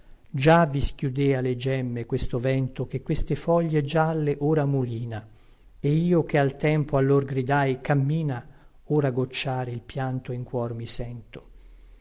vi schiudea le gemme questo vento che queste foglie gialle ora mulina e io che al tempo allor gridai cammina ora gocciare il pianto in cuor mi sento